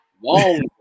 long